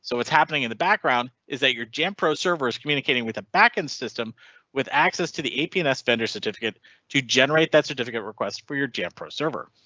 so what's happening ing in the background is that your jampro servers communicating with the back end system with access to the apn s vendor certificate to generate that certificate request for your jampro server.